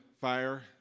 fire